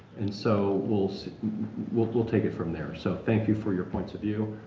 and so we'll so we'll we'll take it from there. so thank you for your points of view.